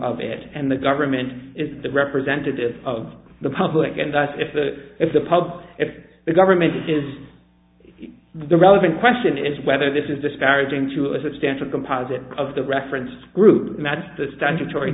of it and the government is the representative of the public and that if the if the pubs if the government is the relevant question is whether this is disparaging to a substantial composite of the reference group match to statutory